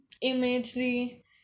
imagery